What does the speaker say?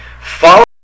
Follow